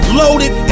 loaded